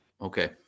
Okay